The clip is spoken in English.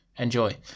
Enjoy